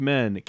Men